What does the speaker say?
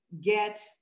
get